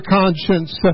conscience